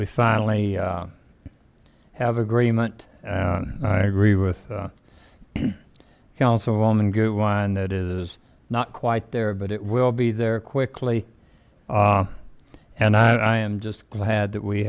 we finally have agreement and i agree with councilwoman good wine that is not quite there but it will be there quickly and i am just glad that we